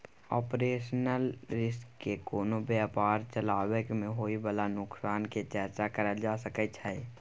operational risk में कोनो व्यापार चलाबइ में होइ बाला नोकसान के चर्चा करल जा सकइ छइ